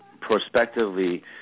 prospectively